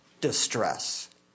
distress